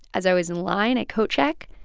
as i was in line at coat check,